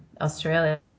Australia